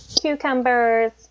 Cucumbers